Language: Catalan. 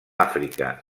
àfrica